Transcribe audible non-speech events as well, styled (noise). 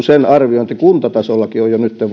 (unintelligible) sen arviointi kuntatasollakin on jo nytten (unintelligible)